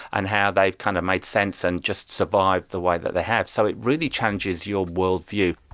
and how they've kind of made sense and just survived the way that they have. so it really challenges your world view.